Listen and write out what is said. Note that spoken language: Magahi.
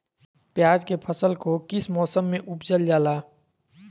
प्याज के फसल को किस मौसम में उपजल जाला?